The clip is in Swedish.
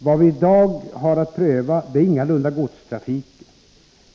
Vad vi i dag har att pröva gäller ingalunda godstrafiken.